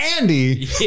Andy